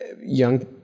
young